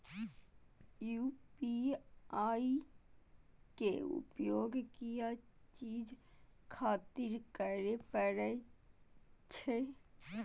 UPI के उपयोग किया चीज खातिर करें परे छे?